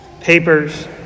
Papers